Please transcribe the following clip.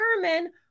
determine